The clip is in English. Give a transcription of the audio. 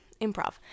Improv